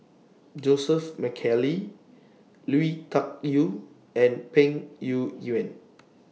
Joseph McKally Lui Tuck Yew and Peng Yuyun